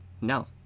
No